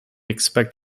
expect